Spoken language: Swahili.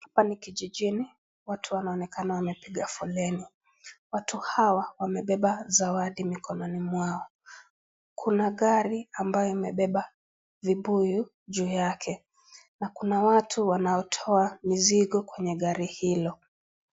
Hapa ni kijijini, watu wanaonekana wamepiga foleni. Watu hawa wamebeba zawadi mikononi mwao. Kuna gari ambayo imebeba vibuyu juu yake, na kuna watu wanaotoa mizigo kwenye gari hilo.